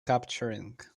capturing